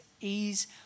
ease